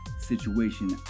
situation